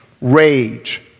rage